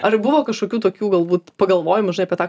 ar buvo kažkokių tokių galbūt pagalvoji mažai apie tą